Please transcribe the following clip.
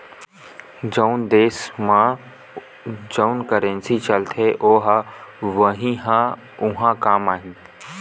जउन देस म जउन करेंसी चलथे ओ ह उहीं ह उहाँ काम आही